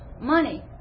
money